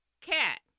cat